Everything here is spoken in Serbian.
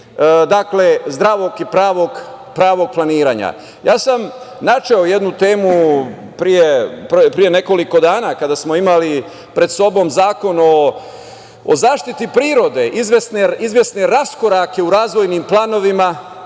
zdravog i pravog planiranja. Ja sam načeo jednu temu pre nekoliko dana kada smo imali pred sobom Zakon o zaštiti prirode, izvesne raskorake u razvojnim planovima,